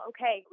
Okay